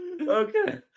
Okay